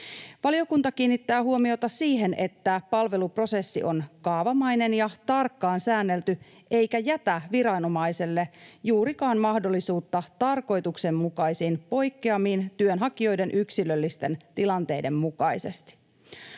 Valiokunta kiinnittää huomiota siihen, että palveluprosessi on kaavamainen ja tarkkaan säännelty eikä jätä viranomaiselle juurikaan mahdollisuutta tarkoituksenmukaisiin poikkeamiin työnhakijoiden yksilöllisten tilanteiden mukaisesti.